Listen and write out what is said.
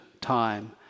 time